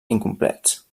incomplets